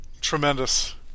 Tremendous